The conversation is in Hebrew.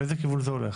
לאיזה כיוון זה הולך?